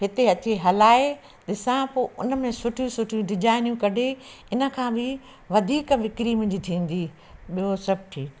हिते अची हलाए डिसां पोइ हुन में सुठियूं सुठियूं डिजाइनयूं कढी हिन खां बि वधीक विकिणी मुंहिंजी थींदी ॿियो सभु ठीक आहे